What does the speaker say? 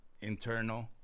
internal